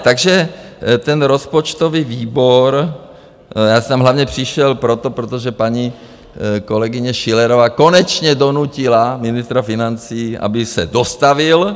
Takže ten rozpočtový výbor já jsem hlavně přišel proto, protože paní kolegyně Schillerová konečně donutila ministra financí, aby se dostavil.